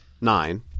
Nine